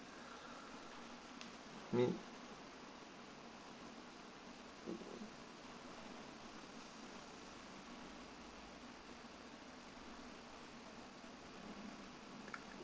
min